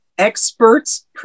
Experts